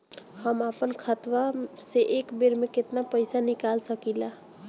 हम आपन खतवा से एक बेर मे केतना पईसा निकाल सकिला?